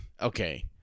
okay